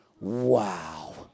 wow